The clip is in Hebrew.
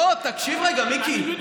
לא, תקשיב רגע, מיקי,